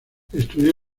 estudió